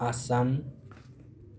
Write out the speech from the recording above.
Assam